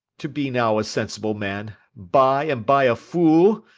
to be now a sensible man, by and by a fool,